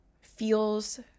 feels